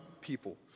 people